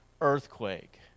earthquake